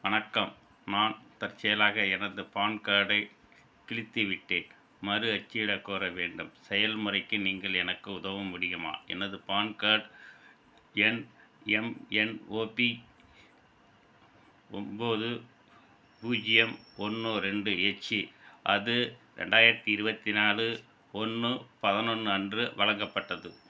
வணக்கம் நான் தற்செயலாக எனது பான் கார்டை கிழித்துவிட்டேன் மறு அச்சிடக் கோர வேண்டும் செயல்முறைக்கு நீங்கள் எனக்கு உதவ முடியுமா எனது பான் கார்ட் எண் எம் என் ஓ பி ஒம்போது பூஜ்ஜியம் ஒன்று ரெண்டு ஹெச்சி அது ரெண்டாயிரத்தி இருபத்தி நாலு ஒன்று பதினொன்னு அன்று வழங்கப்பட்டது